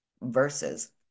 versus